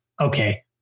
okay